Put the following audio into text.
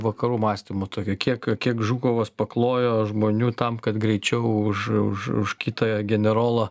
vakarų mąstymo tokio kiek kiek žukovas paklojo žmonių tam kad greičiau už už už kitą generolą